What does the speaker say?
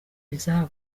izabo